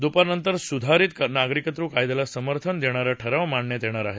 दुपारनंतर सुधारित नागरिकत्व कायद्याला समर्थन देणारा ठराव मांडण्यात येणार आहे